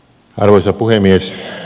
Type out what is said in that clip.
arvoisa puhemies